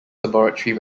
laboratory